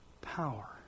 power